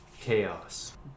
Chaos